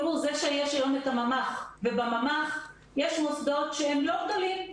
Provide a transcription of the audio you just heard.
יש היום את הממ"ח ובממ"ח יש מוסדות שהם לא גדולים.